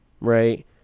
right